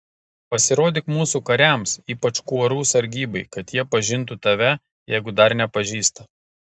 pasirodyk mūsų kariams ypač kuorų sargybai kad jie pažintų tave jeigu dar nepažįsta